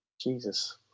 Jesus